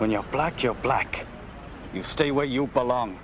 when you're black joe black you stay where you belong